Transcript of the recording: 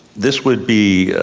this would be,